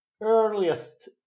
earliest